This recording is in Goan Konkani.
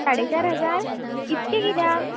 साडे चार हजार इतकें कित्याक